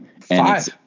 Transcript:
Five